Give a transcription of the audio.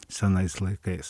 senais laikais